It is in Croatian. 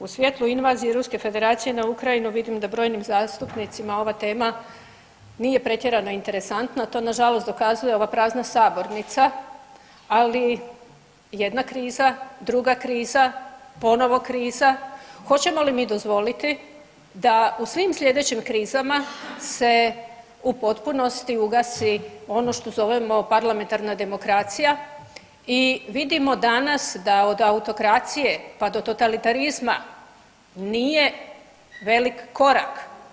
U svijetu invazije Ruske Federacije na Ukrajinu, vidim da brojnim zastupnicima ova tema nije pretjerano interesantna, to nažalost dokazuje ova prazna sabornica, ali jedna kriza, druga kriza, ponovo kriza, hoćemo li mi dozvoliti da u svim sljedećim krizama se u potpunosti ugasi ono što zovemo parlamentarna demokracija i vidimo danas da od autokracije pa do totalitarizma nije velik korak.